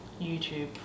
youtube